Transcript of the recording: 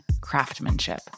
craftsmanship